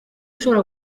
ishobora